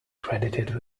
credited